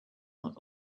not